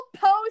post